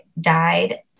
died